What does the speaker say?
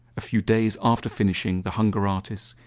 a few days after finishing the hunger artist,